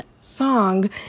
song